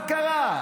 מה קרה?